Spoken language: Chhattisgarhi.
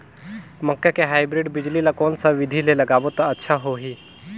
मक्का के हाईब्रिड बिजली ल कोन सा बिधी ले लगाबो त अच्छा होहि?